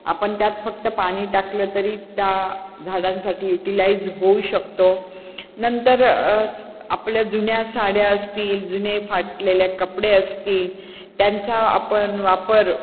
आपण त्यात फक्त पाणी टाकलं तरी त्या झाडांसाठी युटिलाईज होऊ शकतो नंतर आपल्या जुन्या साड्या असतील जुने फाटलेल्या कपडे असतील त्यांचा आपण वापर